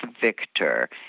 Victor